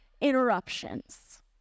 interruptions